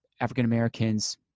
African-Americans